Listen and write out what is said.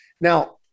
Now